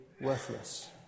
worthless